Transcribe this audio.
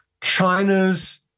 China's